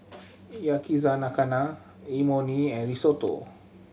Yakizakana Imoni and Risotto